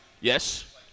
Yes